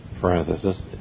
parenthesis